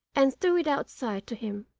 and threw it outside to him.